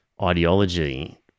ideology